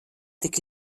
tik